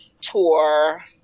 tour